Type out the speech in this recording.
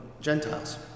Gentiles